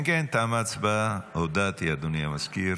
אם כן, להלן תוצאות ההצבעה: בעד, 48,